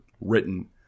written